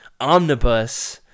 omnibus